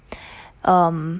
um